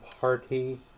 party